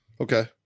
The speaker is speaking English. Okay